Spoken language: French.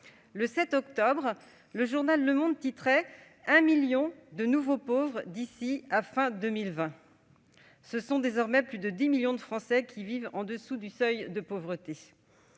Le 7 octobre dernier, le journal titrait :« Un million de nouveaux pauvres d'ici à fin 2020 ». Ce sont désormais plus de 10 millions de Français qui vivent au-dessous du seuil de pauvreté.